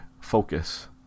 focus